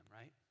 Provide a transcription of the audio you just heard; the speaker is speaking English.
right